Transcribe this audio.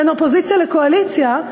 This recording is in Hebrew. בין אופוזיציה לקואליציה,